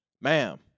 ma'am